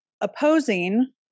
Opposing